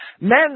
Men